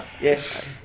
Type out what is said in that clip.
Yes